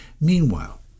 Meanwhile